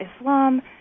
Islam